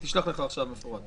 היא תשלח לך עכשיו מפורט.